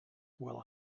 will